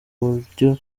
uburyo